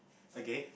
okay